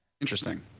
interesting